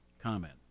comment